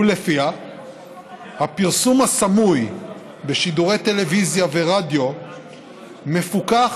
ולפיה הפרסום הסמוי בשידורי טלוויזיה ורדיו מפוקח